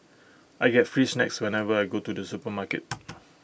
I get free snacks whenever I go to the supermarket